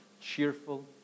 cheerful